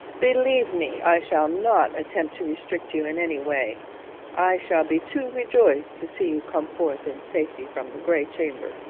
believe me, i shall not attempt to restrict you in any way i shall be too rejoiced to see you come forth in safety from the grey chamber